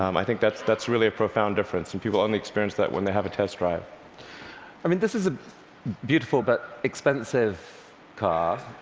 um i think that's that's really a profound difference, and people only experience that when they have a test drive. ca i mean, this is a beautiful but expensive car.